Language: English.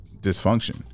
dysfunction